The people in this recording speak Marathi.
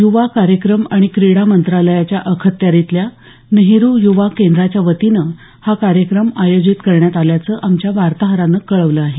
यूवा कार्यक्रम आणि क्रीडा मंत्रालयाच्या अखत्यारीतल्या नेहरू यूवा केंद्राच्या वतीनं हा कार्यक्रम आयोजित करण्यात आल्याचं आमच्या वार्ताहरानं कळवलं आहे